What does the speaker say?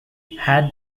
had